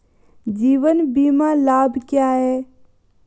जीवन बीमा लाभ क्या हैं?